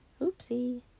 Oopsie